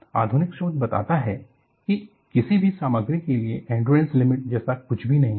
आधुनिक शोध बताता है कि किसी भी सामग्री के लिए एंड्यूरेंस लिमिट जैसा कुछ भी नहीं है